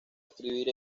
escribir